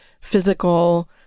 physical